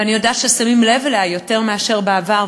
ואני יודעת ששמים לב אליה יותר מאשר בעבר,